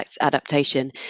adaptation